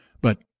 but